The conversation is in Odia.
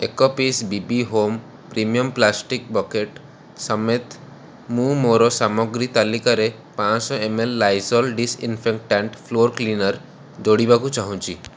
ଏକ piece BB home premium plastic bucket ସମେତ ମୁଁ ମୋର ସାମଗ୍ରୀ ତାଲିକାରେ ପାଞ୍ଚ ଶହ M L Lizol disinfectant floor cleaner ଯୋଡ଼ିବାକୁ ଚାହୁଁଛି